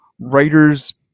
writer's